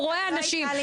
הוא רואה אנשים.